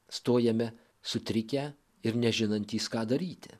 stojame sutrikę ir nežinantys ką daryti